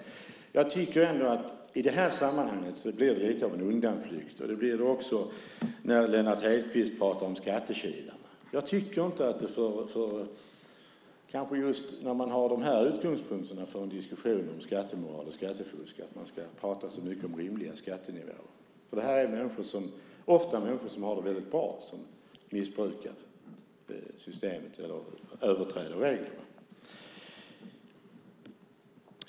Jag tycker ändå att det i det här sammanhanget blir lite av en undanflykt. Det blir det också när Lennart Hedquist pratar om skattekilarna. Jag tycker inte, kanske just när man har de här utgångspunkterna för en diskussion om skattemoral och skattefusk, att man ska prata så mycket om rimliga skattenivåer. Det är ofta människor som har det väldigt bra som missbrukar systemet och överträder reglerna.